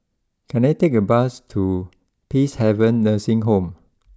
can I take a bus to Peacehaven Nursing Home